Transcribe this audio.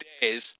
days